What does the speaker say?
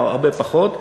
אלא הרבה פחות,